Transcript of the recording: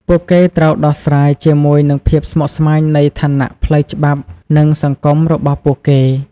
ពួកគេត្រូវដោះស្រាយជាមួយនឹងភាពស្មុគស្មាញនៃឋានៈផ្លូវច្បាប់ និងសង្គមរបស់ពួកគេ។